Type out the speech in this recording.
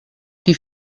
die